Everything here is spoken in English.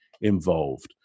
involved